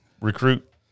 recruit